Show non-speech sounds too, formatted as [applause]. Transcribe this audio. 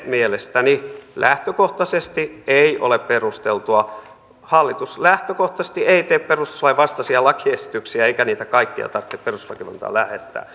mielestäni lähtökohtaisesti ei ole perusteltua hallitus lähtökohtaisesti ei tee perustuslain vastaisia lakiesityksiä eikä niitä kaikkia tarvitse perustuslakivaliokuntaan lähettää [unintelligible]